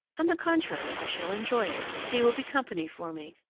on the contrary, i shall enjoy it he will be company for me,